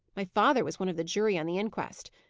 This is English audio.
my father was one of the jury on the inquest.